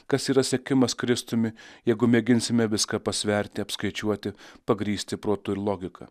kas yra sekimas kristumi jeigu mėginsime viską pasverti apskaičiuoti pagrįsti protu ir logika